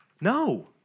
No